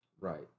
Right